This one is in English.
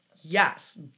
Yes